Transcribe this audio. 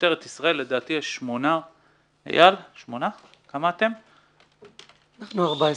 משטרת ישראל, לדעתי יש --- אנחנו 14 איש.